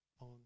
on